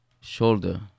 shoulder